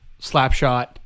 Slapshot